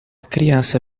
criança